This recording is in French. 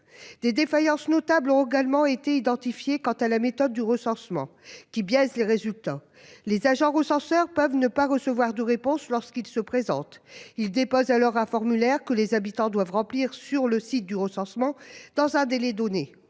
des défaillances notables ont également été identifiées. Quant à la méthode du recensement qui biaise les résultats. Les agents recenseurs peuvent ne pas recevoir de réponse lorsqu'il se présente, il dépose alors un formulaire que les habitants doivent remplir sur le site du recensement dans un délai donné